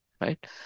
Right